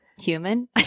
human